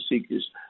seekers